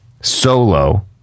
solo